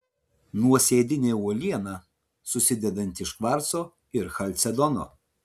nuosėdinė uoliena susidedanti iš kvarco ir chalcedono